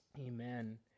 Amen